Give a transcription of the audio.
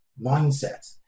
mindset